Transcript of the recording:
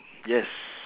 yes